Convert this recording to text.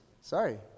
Sorry